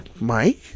Mike